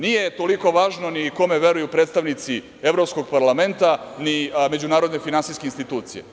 Nije toliko važno ni kome veruju predstavnici Evropskog parlamenta, ni Međunarodne finansijske institucije.